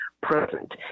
present